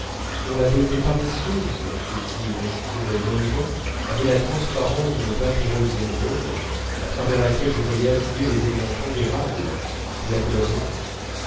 dont la beauté paresseuse et qui respirait mollement avait la transparence d'une vaporeuse émeraude à travers laquelle je voyais affluer les éléments pondérables qui la